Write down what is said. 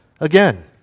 Again